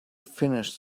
finished